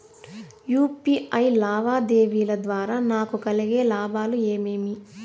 UPI లావాదేవీల ద్వారా నాకు కలిగే లాభాలు ఏమేమీ?